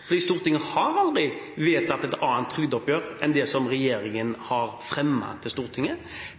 Stortinget har aldri vedtatt et annet trygdeoppgjør enn det regjeringen har fremmet for Stortinget,